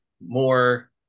more